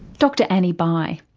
dr annie bye.